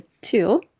two